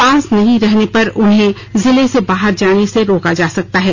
पास नहीं रहने पर उन्हें जिले से बाहर जाने से रोका जा सकता है